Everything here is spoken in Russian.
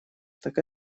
так